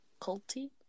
culty